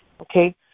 okay